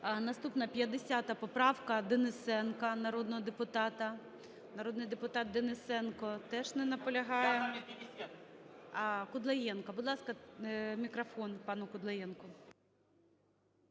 Наступна 50 поправка Денисенка, народного депутата. Народний депутат Денисенко теж не наполягає. Кудлаєнко, будь ласка, мікрофон пану Кудлаєнку.